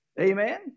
Amen